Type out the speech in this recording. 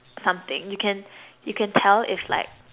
something you can you can tell if like